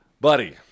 Buddy